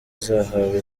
zahawe